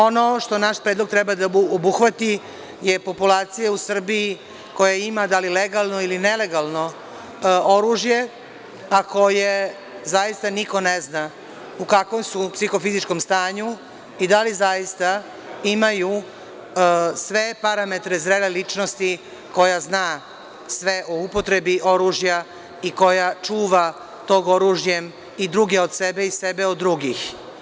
Ono što naš predlog treba da obuhvati, jeste populacija u Srbiji koja ima oružje, da li legalno ili nelegalno, a za koje zaista niko ne zna u kakvom su psihofizičkom stanju i da li zaista imaju sve parametre zrele ličnosti koja zna sve o upotrebi oružja i koja čuva tim oružjem i druge od sebe i sebe od drugih.